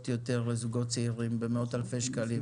יותר לזוגות צעירים במאות אלפי שקלים,